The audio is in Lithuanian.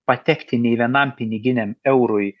patekti nei vienam piniginiam eurui